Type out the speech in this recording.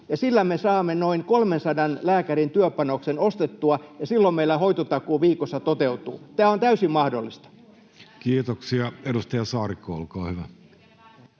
sillä me saamme noin 300 lääkärin työpanoksen ostettua, ja silloin meillä hoitotakuu viikossa toteutuu. Tämä on täysin mahdollista. Kiitoksia. — Edustaja Saarikko, olkaa hyvä.